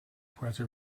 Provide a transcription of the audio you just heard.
puerto